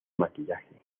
maquillaje